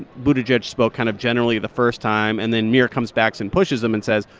buttigieg spoke kind of generally the first time. and then muir comes backs and pushes him and says,